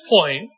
point